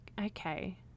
okay